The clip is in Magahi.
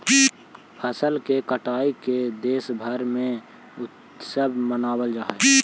फसल के कटाई के देशभर में उत्सव मनावल जा हइ